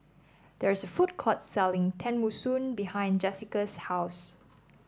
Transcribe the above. there is a food court selling Tenmusu behind Jesica's house